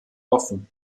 offen